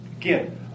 again